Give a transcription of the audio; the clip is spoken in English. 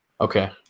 okay